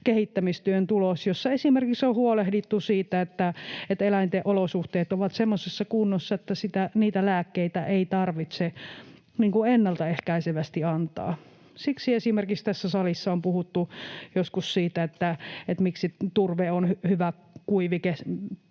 kehittämistyöstä, jossa esimerkiksi on huolehdittu siitä, että eläinten olosuhteet ovat semmoisessa kunnossa, että niitä lääkkeitä ei tarvitse ennaltaehkäisevästi antaa. Siksi esimerkiksi tässä salissa on puhuttu joskus siitä, miksi turve on hyvä kuivike